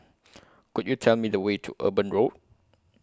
Could YOU Tell Me The Way to Eben Road